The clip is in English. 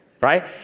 right